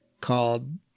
Called